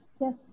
yes